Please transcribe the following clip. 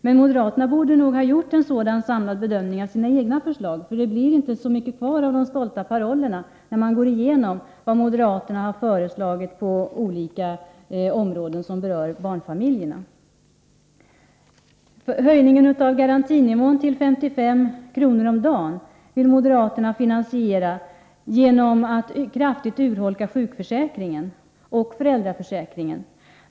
Men moderaterna borde nog ha gjort en sådan samlad bedömning av sina egna förslag — det blir inte så mycket kvar av de stolta parollerna när man går igenom vad moderaterna har föreslagit på olika områden som berör barnfamiljerna. Höjningen av garantinivån till 55 kr. om dagen vill moderaterna finansiera genom att kraftigt urholka sjukförsäkringen och föräldraförsäkringen.